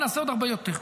ונעשה עוד הרבה יותר.